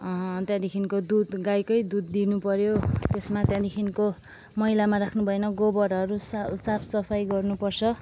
त्यहाँदेखिन्को दुध गाईकै दुध दिनु पऱ्यो त्यसमा त्यहाँदेखिन्को मैलामा राख्नु भएन गोबरहरू सा साफ सफाई गर्नु पर्छ